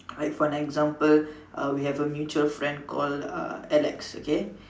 like for an example uh we have a mutual friend called uh Alex okay